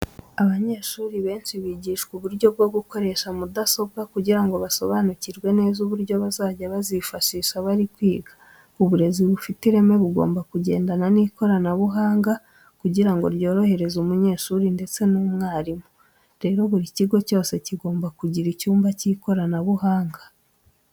Abanyeshuri benshi bigishwa uburyo bwo gukoresha mudasobwa kugira ngo basobanukirwe neza uburyo bazajya bazifashisha bari kwiga. Uburezi bufite ireme bugomba kugendana n'ikoranabuhanga kugira ngo ryorohereze umunyeshuri ndetse n'umwarimu. Rero buri kigo cyose kigomba kugira icyumba cy'ikoranabuhanga.